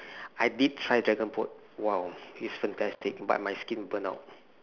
I did try dragonboat !wow! it's fantastic but my skin burn out